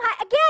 Again